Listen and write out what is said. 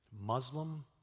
Muslim